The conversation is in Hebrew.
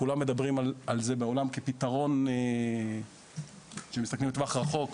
כולם מדברים על זה בעולם כפתרון שמסתכלים לטווח רחוק,